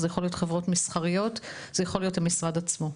יכול להיות חברות מסחריות וזה יכול להיות המשרד עצמו,